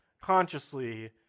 consciously